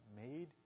made